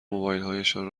موبایلهایشان